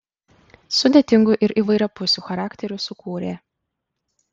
sudėtingų ir įvairiapusių charakterių sukūrė